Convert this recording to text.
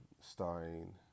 starring